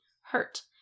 hurt